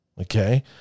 Okay